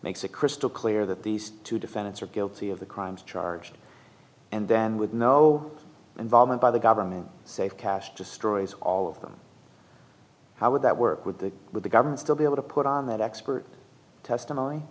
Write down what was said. makes it crystal clear that these two defendants are guilty of the crimes charged and then with no involvement by the government save cash just stories all of them how would that work with the with the government still be able to put on that expert testimony